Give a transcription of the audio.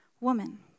Woman